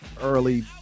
early